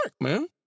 man